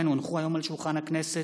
בנושא: